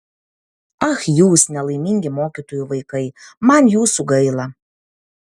ach jūs nelaimingi mokytojų vaikai man jūsų gaila